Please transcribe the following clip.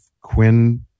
Quinn